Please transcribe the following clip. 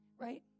right